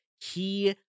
he-